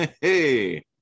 Hey